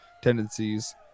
tendencies